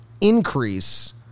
increase